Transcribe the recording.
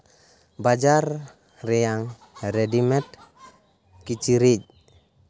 ᱵᱟᱡᱟᱨ ᱨᱮᱭᱟᱜ ᱨᱮᱰᱤᱢᱮᱰ ᱠᱤᱪᱨᱤᱡ